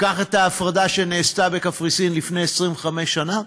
תיקח את ההפרדה שנעשתה בקפריסין לפני 25 שנה,